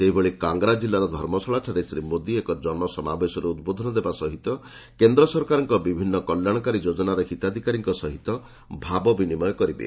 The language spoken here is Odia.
ସେହିଭଳି କାଙ୍ଗରା ଜିଲ୍ଲାର ଧର୍ମଶାଳାଠାରେ ଶ୍ରୀ ମୋଦି ଏକ ଜନସମାବେଶରେ ଉଦ୍ବୋଧନ ଦେବା ସହିତ କେନ୍ଦ୍ର ସରକାରଙ୍କ ବିଭିନ୍ନ କଲ୍ୟାଣକାରୀ ଯୋଜନାର ହିତାଧିକାରୀଙ୍କ ସହିତ ଭାବବିନିମୟ କରିବେ